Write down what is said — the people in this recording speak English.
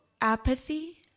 apathy